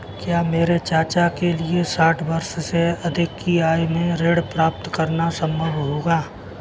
क्या मेरे चाचा के लिए साठ वर्ष से अधिक की आयु में ऋण प्राप्त करना संभव होगा?